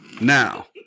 now